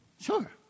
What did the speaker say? Sure